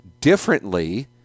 differently